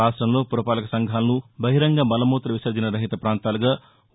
రాష్టంలో పురపాలక సంఘాలను బహిరంగ మలమూతవిసర్జన రహిత పాంతాలుగా ఓ